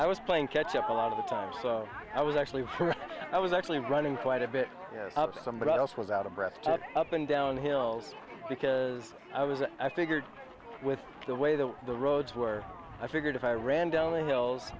i was playing catch up a lot of the time so i was actually i was actually running quite a bit out of some but i also was out of breath up and down hill because i i was figured with the way the roads were i figured if i ran down the hills